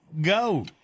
go